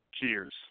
Cheers